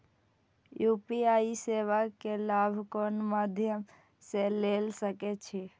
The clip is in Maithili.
यू.पी.आई सेवा के लाभ कोन मध्यम से ले सके छी?